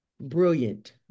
Brilliant